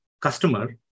customer